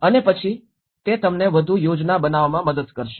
અને પછી તે તમને વધુ યોજના બનાવવામાં મદદ કરશે